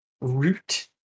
Root